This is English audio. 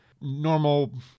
normal